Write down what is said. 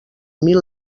mil